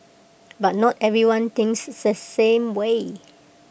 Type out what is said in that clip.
but not everyone thinks the same way